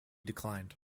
declined